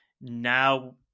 now